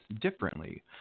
differently